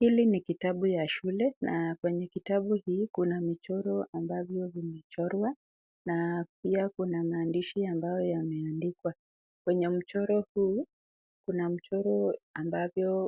Hili ni kitabu la shule na kwenye kitabu hii kuna michoro ambavyo vimechorwa na pia kuna maandishi ambavyo yameandikwa. Kwenye mchoro huu, kuna michoro ambavyo